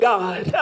God